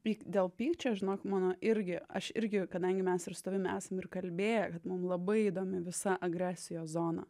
pyk dėl pykčio žinok mano irgi aš irgi kadangi mes ir su tavimi esam ir kalbėję mum labai įdomi visa agresijos zona